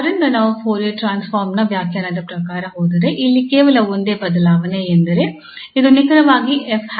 ಆದ್ದರಿಂದ ನಾವು Fourier transform ನ ವ್ಯಾಖ್ಯಾನದ ಪ್ರಕಾರ ಹೋದರೆ ಇಲ್ಲಿ ಕೇವಲ ಒಂದೇ ಬದಲಾವಣೆ ಎಂದರೆ ಇದು ನಿಖರವಾಗಿ f̂